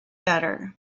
better